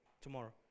tomorrow